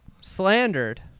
slandered